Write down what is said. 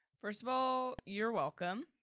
first of all, you're welcome.